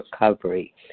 recovery